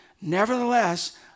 Nevertheless